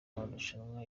marushanwa